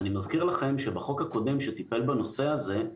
אני מזכיר לכם שבחוק הקודם שטיפל בנושא הזה.